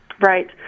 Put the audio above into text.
Right